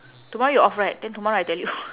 tomorrow you off right then tomorrow I tell you